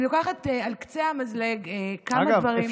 אני לוקחת על קצה המזלג כמה דברים.